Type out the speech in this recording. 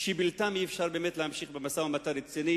שבלעדיהם אי-אפשר באמת להמשיך במשא-ומתן רציני